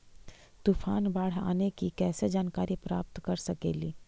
तूफान, बाढ़ आने की कैसे जानकारी प्राप्त कर सकेली?